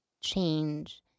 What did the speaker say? change